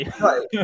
right